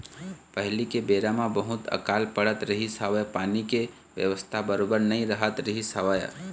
पहिली के बेरा म बहुत अकाल पड़त रहिस हवय पानी के बेवस्था बरोबर नइ रहत रहिस हवय